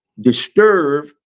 disturb